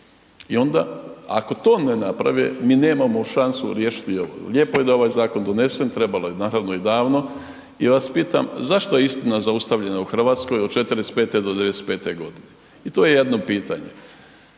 i onda ako to ne naprave, mi nemamo šansu riješiti…/Govornik se ne razumije/… Lijepo je da je ovaj zakon donesen, trebalo je, naravno, i davno i ja vas pitam zašto je istina zaustavljena u RH od 45 do 95.g. i to je jedno pitanje.